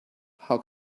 how